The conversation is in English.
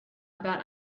about